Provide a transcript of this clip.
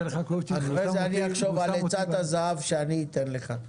אחרי זה אני אחשוב על עצת הזהב שאני אתן לך.